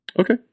Okay